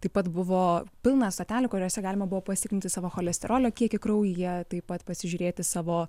taip pat buvo pilna stotelių kuriose galima buvo patikrinti savo cholesterolio kiekį kraujyje taip pat pasižiūrėti savo